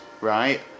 right